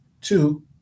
two